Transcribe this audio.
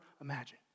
imagine